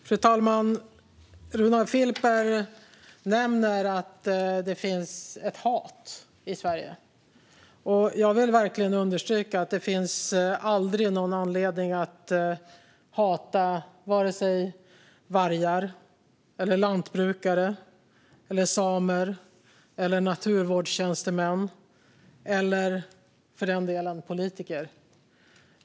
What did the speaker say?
Fru talman! Runar Filper nämner att det finns ett hat i Sverige. Jag vill verkligen understryka att det aldrig finns någon anledning att hata vare sig vargar, lantbrukare, samer, naturvårdstjänstemän eller för den delen politiker.